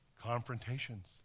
confrontations